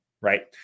right